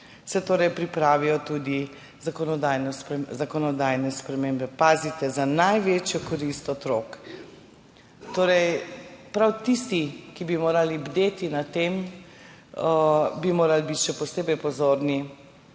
otrok pripravijo tudi zakonodajne spremembe. Pazite, za največjo korist otrok. Torej, prav tisti, ki bi morali bdeti nad tem, bi morali biti še posebej pozorni